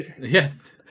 yes